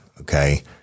Okay